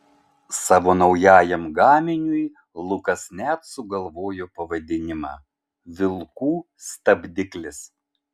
savo naujajam gaminiui lukas net sugalvojo pavadinimą vilkų stabdiklis